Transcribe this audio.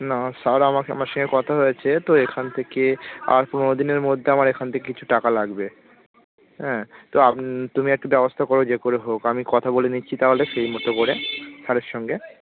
না স্যার আমার আমার সঙ্গে কথা হয়েছে তো এখান থেকে আর পনেরো দিনের মধ্যে আমার এখানতে কিছু টাকা লাগবে হ্যাঁ তো আপ তুমি একটু ব্যবস্থা করো যে করে হোক আমি কথা বলে নিচ্ছি তাহলে সেই মতো করে স্যারের সঙ্গে